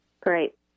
Great